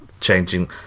changing